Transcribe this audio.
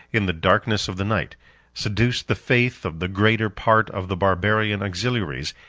in the darkness of the night seduced the faith of the greater part of the barbarian auxiliaries,